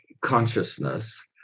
consciousness